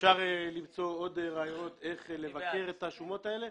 אפשר למצוא עוד רעיונות איך לבקר את השומות האלה,